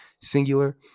singular